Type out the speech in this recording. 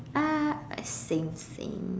ah same same